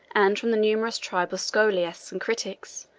and from the numerous tribe of scholiasts and critics,